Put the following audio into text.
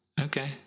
Okay